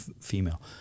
female